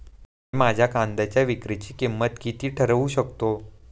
मी माझ्या कांद्यांच्या विक्रीची किंमत किती ठरवू शकतो?